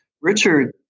Richard